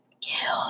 kill